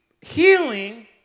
healing